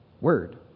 word